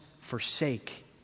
forsake